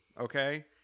okay